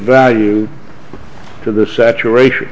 value to the saturation